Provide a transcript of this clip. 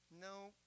No